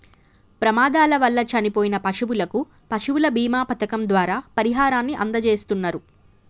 ప్రమాదాల వల్ల చనిపోయిన పశువులకు పశువుల బీమా పథకం ద్వారా పరిహారాన్ని అందజేస్తున్నరు